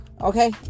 okay